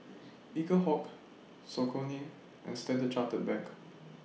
Eaglehawk Saucony and Standard Chartered Bank